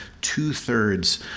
two-thirds